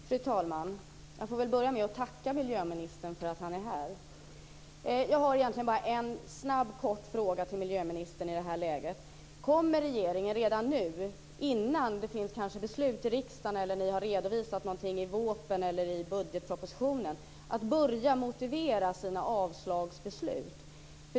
Fru talman! Jag får väl börja med att tacka miljöministern för att han är här. Jag har i det här läget egentligen bara en snabb och kort fråga till miljöministern: Kommer regeringen redan nu, innan det finns beslut i riksdagen eller innan ni har redovisat någonting i VÅP:en eller i budgetpropositionen, att börja motivera sina avslagsbeslut?